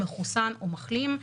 מחוסן או מחלים.